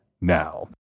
now